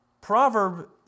proverb